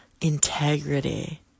integrity